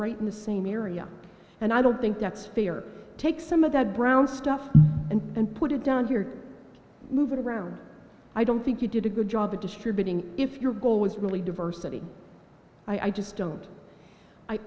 right in the same area and i don't think that's fair take some of that brown stuff and put it down here move it around i don't think you did a good job of distributing if your goal was really diversity i just don't i